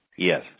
Yes